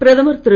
பிரதமர் திரு